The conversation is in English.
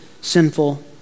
sinful